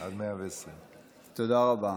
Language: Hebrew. עד 120. תודה רבה.